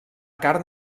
carn